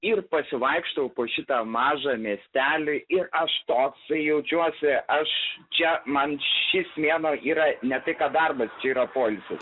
ir pasivaikštau po šitą mažą miestelį ir aš toksai jaučiuosi aš čia man šis mėnuo yra ne tai kad darbas čia yra poilsis